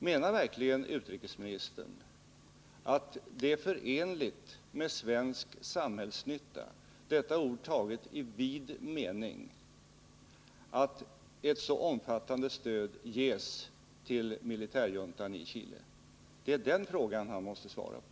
Menar verkligen utrikesministern att det är förenligt med svensk samhällsnytta — detta ord taget i vid mening — att ett så omfattande stöd ges till militärjuntan i Chile? Det är den frågan utrikesministern måste svara på.